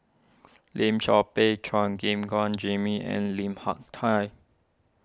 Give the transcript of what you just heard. Lim Chor Pee Chua Gim Guan Jimmy and Lim Hak Tai